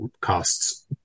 costs